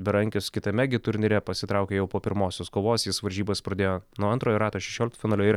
berankis kitame gi turnyre pasitraukė jau po pirmosios kovos jis varžybas pradėjo nuo antrojo rato šešioliktfinalio ir